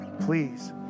Please